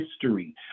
history